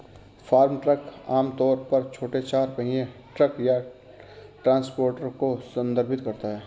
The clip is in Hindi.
फार्म ट्रक आम तौर पर छोटे चार पहिया ट्रक या ट्रांसपोर्टर को संदर्भित करता है